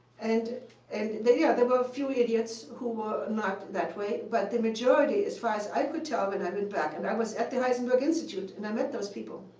and and there yeah there were a few idiots who were not that way, but the majority, as far as i could tell when i went back and i was at the heisenberg institute and i met those people.